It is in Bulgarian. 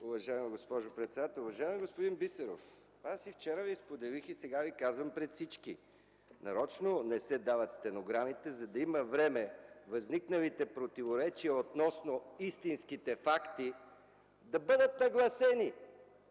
уважаема госпожо председател. Уважаеми господин Бисеров, аз и вчера Ви споделих, и сега Ви казвам пред всички – нарочно не се дават стенограмите, за да има време възникналите противоречия относно истинските факти да бъдат нагласени.